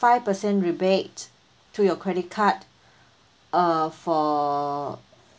five per cent rebate to your credit card uh for